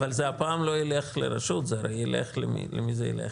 אבל זה אף פעם לא ילך לרשות, למי זה ילך?